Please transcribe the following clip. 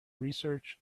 research